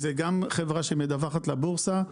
זה גם חברה שמדווחת לבורסה.